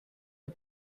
der